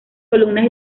columnas